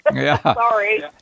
Sorry